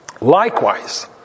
Likewise